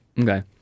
okay